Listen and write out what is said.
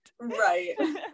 right